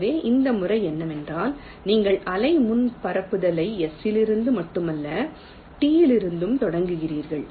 எனவே இந்த முறை என்னவென்றால் நீங்கள் அலை முன் பரப்புதலை S இலிருந்து மட்டுமல்ல T யிலிருந்தும் தொடங்குகிறீர்கள்